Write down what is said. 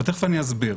ותכף אני אסביר.